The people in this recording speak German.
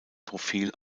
profil